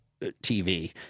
TV